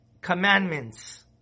commandments